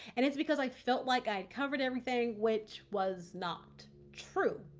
and it's because i felt like i had covered everything which was not true.